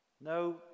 No